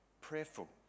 prayerful